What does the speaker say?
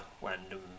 random